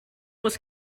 was